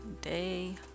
Day